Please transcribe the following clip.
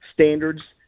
standards